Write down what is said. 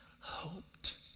hoped